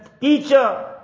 teacher